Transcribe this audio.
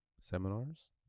seminars